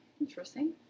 Interesting